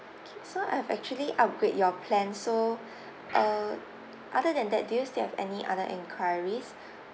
okay so I have actually upgrade your plan so uh other than that do you still have any other enquiries